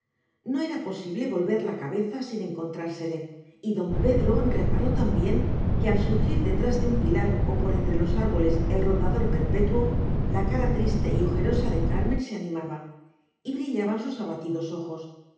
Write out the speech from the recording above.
no era posible volver la cabeza sin encontrársele y don pedro reparó también que al surgir detrás de un pilar o por entre los árboles el rondador perpetuo la cara triste y ojerosa de carmen se animaba y brillaban sus abatidos ojos